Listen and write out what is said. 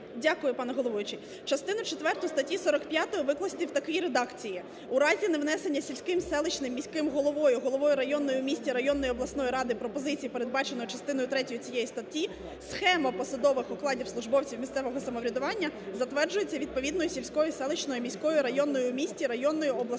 Дякую, пане головуючий. Частину четверту статті 45 викласти в такій редакції: "В разі невнесення сільським, селищним, міським головою, головою районної в місті, районної обласної ради пропозиції, передбаченої частиною третьою цієї статті, схема посадових окладів службовців місцевого самоврядування затверджується відповідною селищною, міською, районною в місті, районною, обласною радою